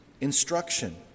instruction